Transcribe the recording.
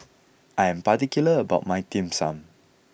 I am particular about my Dim Sum